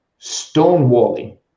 stonewalling